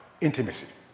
Intimacy